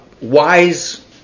wise